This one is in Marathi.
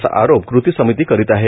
असा आरोप कृती समिती करीत आहे